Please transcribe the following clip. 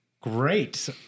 Great